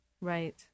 Right